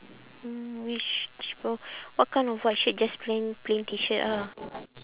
mm it's cheaper what kind of what shade just plain plain T shirt ah